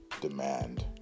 demand